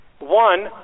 One